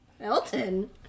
Elton